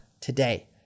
today